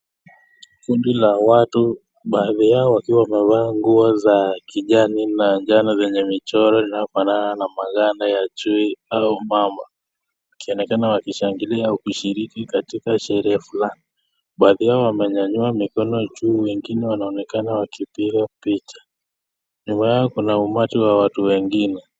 Kundi la watu baadhi yao wakiwa wamevaa nguo za kijani na njano lenye michoro linalofanana na maganda ya chui ama mamba wakionekana wakishangilia kushiriki katika sherehe fulani. Baadhi yao wamenyanyua mikono juu wengine wanaonekana wakipiga picha. Nyuma yao kuna umati wa watu wengine.